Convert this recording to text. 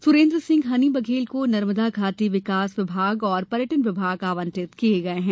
सुरेन्द्र सिंह हनी बघेल को नर्मदा घाटी विकास विभाग तथा पर्यटन विभाग आवंटित किये गये है